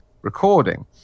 recording